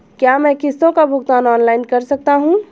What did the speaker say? क्या मैं किश्तों का भुगतान ऑनलाइन कर सकता हूँ?